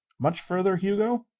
much further, hugo?